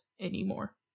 anymore